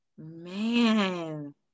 Man